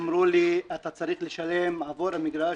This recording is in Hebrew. שם אמרו לי: "אתה צריך לשלם עבור המגרש